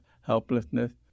helplessness